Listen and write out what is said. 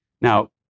Now